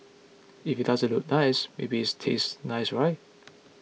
if it doesn't look nice maybe it's taste nice right